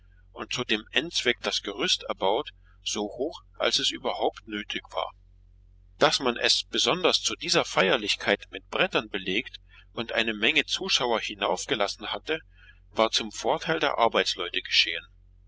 und zu dem endzweck das gerüst erbaut so hoch als es überhaupt nötig war daß man es besonders zu dieser feierlichkeit mit brettern belegt und eine menge zuschauer hinaufgelassen hatte war zum vorteil der arbeitsleute geschehen